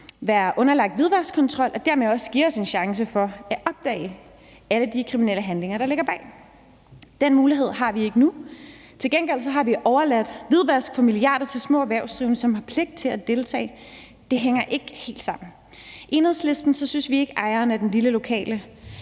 været underlagt hvidvaskkontrol, ville de dermed også have givet os en chance for at opdage alle de kriminelle handlinger, der ligger bag. Den mulighed har vi ikke nu. Til gengæld har vi overladt hvidvask for milliarder til små erhvervsdrivende, som har pligt til at deltage – det hænger ikke helt sammen. I Enhedslisten synes vi ikke, at ejeren af den lille lokale